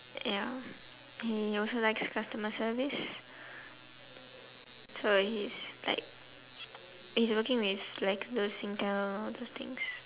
ya he also likes customer service so he is like he's working with like those Singtel all those things